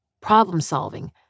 problem-solving